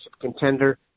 contender